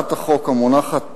להצעת החוק המונחת בפניכם,